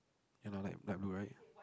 ya lah light light blue right